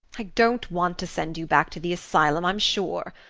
i don't want to send you back to the asylum, i'm sure.